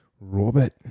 Robert